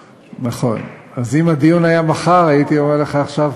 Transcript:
מחר, הייתי אומר לך עכשיו: